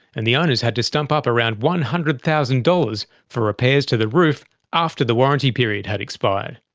and the owners had to stump up around one hundred thousand dollars for repairs to the roof after the warranty period had expired.